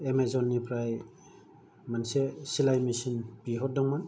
Amazon निफ्राय मोनसे सिलाय मेचिन बिहरदोंमोन